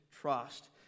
trust